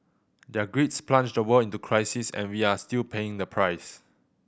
their greeds plunged the world into crisis and we are still paying the price